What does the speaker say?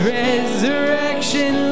resurrection